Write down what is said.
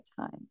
time